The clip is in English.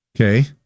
Okay